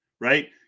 right